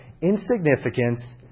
insignificance